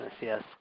yes